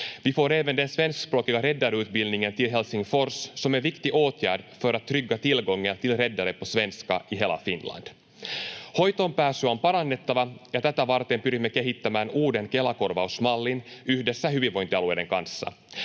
får även den svenskspråkiga räddarutbildningen till Helsingfors som en viktig åtgärd för att trygga tillgången till räddare på svenska i hela Finland. Hoitoonpääsyä on parannettava, ja tätä varten pyrimme kehittämään uuden Kela-korvausmallin yhdessä hyvinvointialueiden kanssa.